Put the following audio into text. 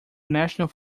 national